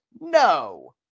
No